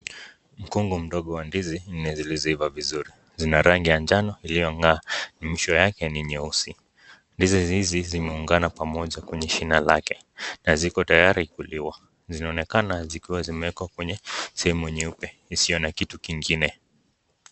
Mkungu mdogo wa ndizi na zilizoiva vizuri zina rangi ya njano iliyong'aa na mwisho yake ni nyeusi. Ndizi hizi zimeungana pamoja kwenye shina lake na ziko tayari kuliwa. Zinaonekana zikiwa zimewekwa kwenye sehemu nyeupe isiyo na kitu kingine.